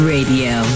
Radio